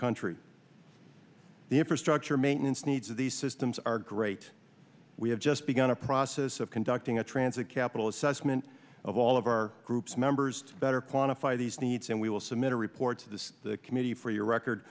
country the infrastructure maintenance needs of these systems are great we have just begun a process of conducting a transit capital assessment of all of our group's members better quantify these needs and we will submit a report to this committee for your record